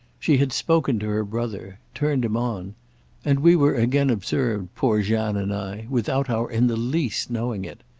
she had spoken to her brother turned him on and we were again observed, poor jeanne and i, without our in the least knowing it.